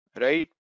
right